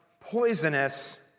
poisonous